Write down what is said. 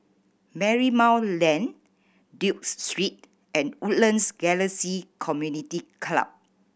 Marymount Lane Duke Street and Woodlands Galaxy Community Club